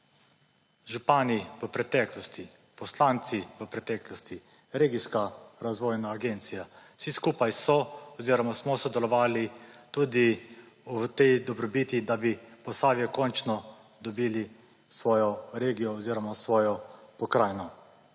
Župani v preteklosti, poslanci v preteklosti, regijska razvojna agencija, vsi skupaj so oziroma smo sodelovali tudi v tej dobrobiti, da bi Posavje končno dobili svojo regijo oziroma svojo pokrajino.